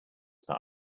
part